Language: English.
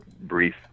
brief